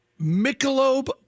Michelob